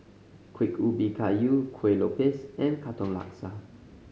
Kuih Ubi Kayu Kueh Lopes and Katong Laksa